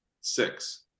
six